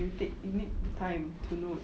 you take you need the time to know